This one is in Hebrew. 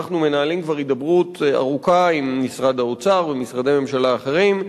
אנחנו כבר מנהלים הידברות ארוכה עם משרד האוצר ומשרדי ממשלה אחרים,